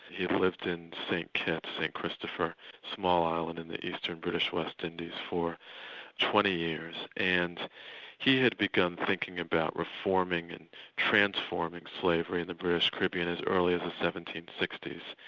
he'd lived in st kitts, st christopher, a small island in the eastern british west indies for twenty years. and he had begun thinking about reforming and transforming slavery in the british caribbean as early as the seventeen sixty s.